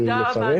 תודה רבה.